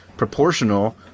Proportional